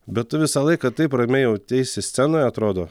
bet tu visą laiką taip ramiai jauteisi scenoje atrodo